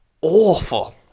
awful